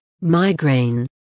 migraine